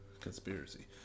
Conspiracy